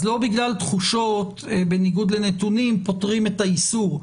אז לא בגלל תחושות בניגוד לנתונים פוטרים את האיסור,